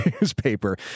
newspaper